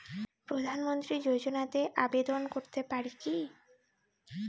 প্রধানমন্ত্রী যোজনাতে আবেদন করতে পারি কি?